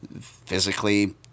physically